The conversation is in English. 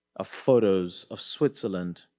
of photos of switzerland.